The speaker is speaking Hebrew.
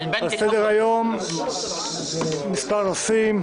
על סדר היום מספר נושאים,